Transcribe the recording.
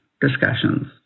discussions